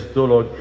dolog